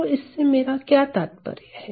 तो इससे मेरा क्या तात्पर्य है